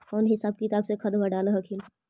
कौन हिसाब किताब से खदबा डाल हखिन?